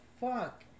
fuck